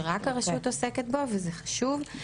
שרק הרשות עוסקת בו וזה חשוב.